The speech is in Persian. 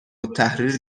التحریر